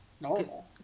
normal